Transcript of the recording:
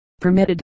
permitted